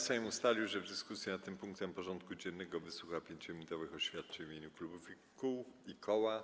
Sejm ustalił, że w dyskusji nad tym punktem porządku dziennego wysłucha 5-minutowych oświadczeń w imieniu klubów i koła.